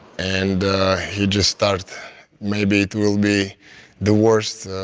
and he just start maybe it will be the worst